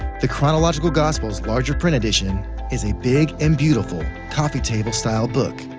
the chronological gospels larger print edition is a big and beautiful coffee table style book,